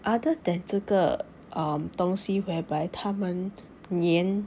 other than 这个 err 东西 whereby 他们黏